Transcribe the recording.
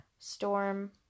storm